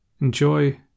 Enjoy